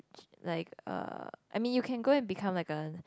like uh I mean you can go and become like a